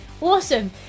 Awesome